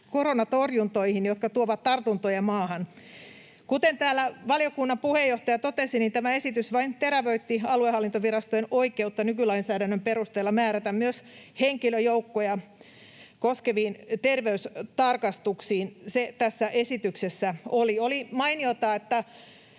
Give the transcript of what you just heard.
koronatorjuntaan, mistä tulee tartuntoja maahan. Kuten täällä valiokunnan puheenjohtaja totesi, tämä esitys vain terävöitti aluehallintovirastojen oikeutta nykylainsäädännön perusteella määrätä myös henkilöjoukkoja terveystarkastuksiin. Se tässä esityksessä oli. Oli mainiota, että